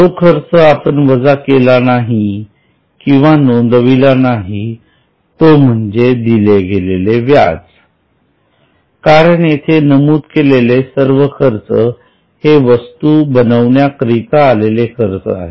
जो खर्च आपण वजा केला नाही किंवा नोंदविला नाही तो म्हणजे दिले गेलेले व्याज कारण येथे नमूद केलेले सर्व खर्च हे वस्तू बनविण्याकरिता आलेले खर्च आहेत